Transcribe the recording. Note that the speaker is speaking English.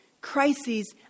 crises